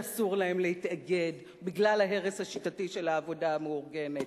שאסור להם להתאגד בגלל ההרס השיטתי של העבודה המאורגנת?